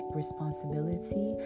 responsibility